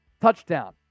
touchdown